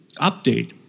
update